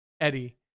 Eddie